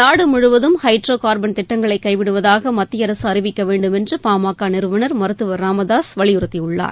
நாடுமுழுவதும் hydrocarbon திட்டங்களை கைவிடுவதாக மத்திய அரசு அறிவிக்க வேண்டும் என்று பாமக நிறுவனர் மருத்துவர் ச ராமதாசு வலியுறுத்தியுள்ளார்